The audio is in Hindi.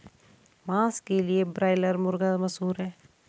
मांस के लिए ब्रायलर मुर्गा मशहूर है